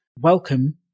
Welcome